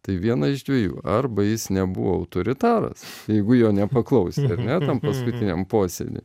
tai viena iš dviejų arba jis nebuvo autoritaras jeigu jo nepaklausė ar ne tam paskutiniam posėdį